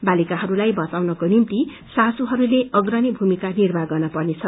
बालिकाहरूलाई बचाउनको निम्ति सासूहरूले अग्रणी भूमिका निर्वाह गर्नेपर्नेछ